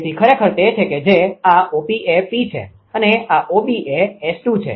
તેથી ખરેખર તે છે કે જે આ OP એ P છે અને આ OB એ 𝑆2 છે